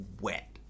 wet